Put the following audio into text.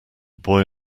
boy